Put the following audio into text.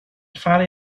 farli